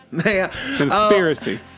Conspiracy